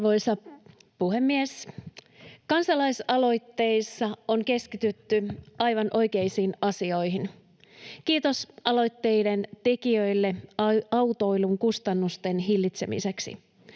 Arvoisa puhemies! Kansalaisaloitteissa on keskitytty aivan oikeisiin asioihin — kiitos tekijöille aloitteista autoilun kustannusten hillitsemiseksi.